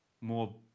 more